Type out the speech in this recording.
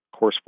coursework